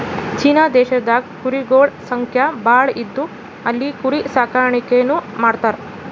China ದೇಶದಾಗ್ ಕುರಿಗೊಳ್ ಸಂಖ್ಯಾ ಭಾಳ್ ಇದ್ದು ಅಲ್ಲಿ ಕುರಿ ಸಾಕಾಣಿಕೆನೂ ಮಾಡ್ತರ್